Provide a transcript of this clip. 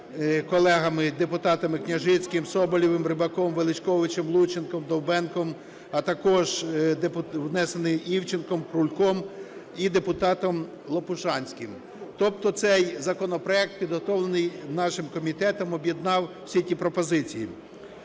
колегами-депутатами Княжицьким, Соболєвим, Рибаком, Величковичем, Лунченком, Довбенком, а також внесений Івченком, Крульком і депутатом Лопушанським. Тобто цей законопроект, підготовлений нашим комітетом, об'єднав всі ті пропозиції.